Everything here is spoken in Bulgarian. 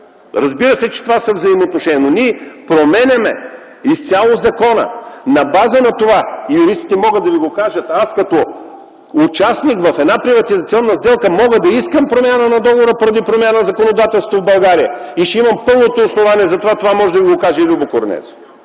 Разбира се, че това са взаимоотношения, но ние променяме изцяло закона. На база на това юристите могат да ви го кажат – като участник в една приватизационна сделка мога да искам промяна на договора поради промяна на законодателството в България и ще имам пълното основание за това. Това може да ви го каже и Любен